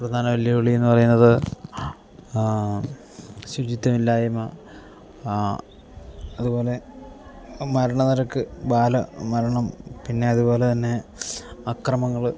പ്രധാന വെല്ലുവിളിയെന്നു പറയുന്നത് ശുചിത്വമില്ലായ്മ അതുപോലെ മരണനിരക്ക് ബാലമരണം പിന്നെ അതുപോലെത്തന്നെ അക്രമങ്ങൾ